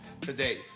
today